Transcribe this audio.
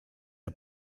der